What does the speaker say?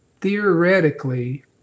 theoretically